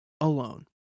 alone